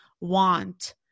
want